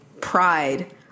Pride